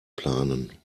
planen